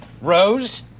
Rose